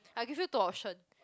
I give you two option